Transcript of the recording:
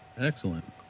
Excellent